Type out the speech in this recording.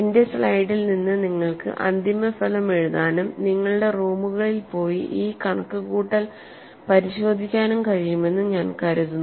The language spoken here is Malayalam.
എന്റെ സ്ലൈഡിൽ നിന്ന് നിങ്ങൾക്ക് അന്തിമഫലം എഴുതാനും നിങ്ങളുടെ റൂമുകളിൽ പോയി ഈ കണക്കുകൂട്ടൽ പരിശോധിക്കാനും കഴിയുമെന്ന് ഞാൻ കരുതുന്നു